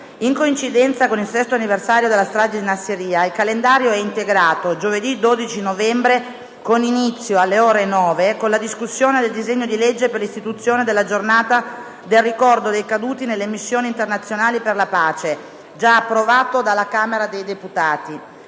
In coincidenza con il sesto anniversario della strage di Nassiriya, il calendario è integrato - giovedì 12 novembre, con inizio alle ore 9 - con la discussione del disegno di legge per l'istituzione della Giornata del ricordo dei caduti nelle missioni internazionali per la pace, già approvato dalla Camera dei deputati.